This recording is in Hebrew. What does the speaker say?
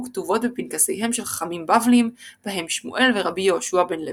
כתובות בפנקסיהם של חכמים בבליים בהם שמואל ורבי יהושע בן לוי.